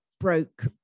broke